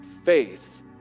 Faith